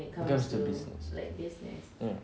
it comes to business mm